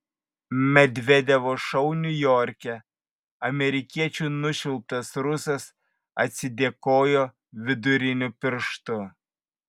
medvedevo šou niujorke amerikiečių nušvilptas rusas atsidėkojo viduriniu pirštu